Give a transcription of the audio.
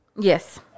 Yes